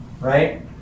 Right